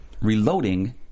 Reloading